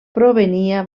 provenia